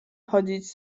chodzić